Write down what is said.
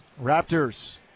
Raptors